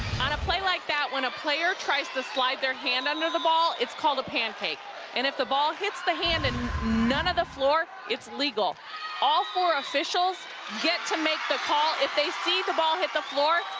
on a play like that, when a player tries to slide their handunder the ball, it's called a pancake and if the ball hits the hand and none of the floor, it's legal all four officials get to make the call. if they see the ball hit the floor,